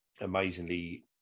amazingly